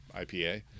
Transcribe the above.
IPA